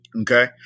Okay